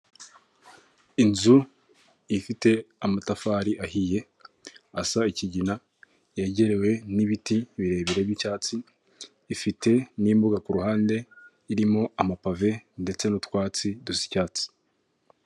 Inzu ifite amatafari ahiye asa ikigina yegerewe n'ibiti birebire by'icyatsi, ifite n'imbuga ku ruhande irimo amapave ndetse n'utwatsi dusa icyatsi.